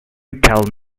tell